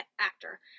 actor